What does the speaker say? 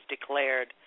declared